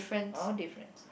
or difference